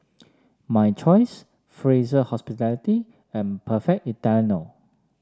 My Choice Fraser Hospitality and Perfect Italiano